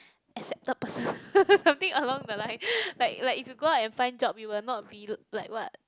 accepted person something along the line like like if you go out and find job you will not be like what